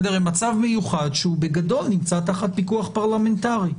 שנמצא בגדול תחת פיקוח פרלמנטרי.